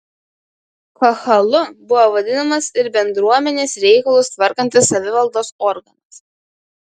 kahalu buvo vadinamas ir bendruomenės reikalus tvarkantis savivaldos organas